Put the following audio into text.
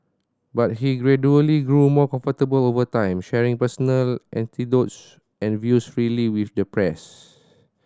but he gradually grew more comfortable over time sharing personal anecdotes and views freely with the press